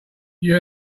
you